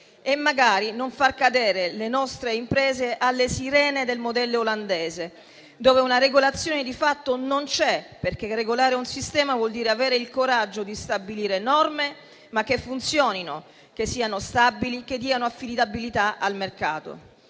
e magari non far cadere le nostre imprese alle sirene del modello olandese, dove una regolazione di fatto non c'è, perché regolare un sistema vuol dire avere il coraggio di stabilire norme che funzionino, che siano stabili e che diano affidabilità al mercato.